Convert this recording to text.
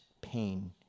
pain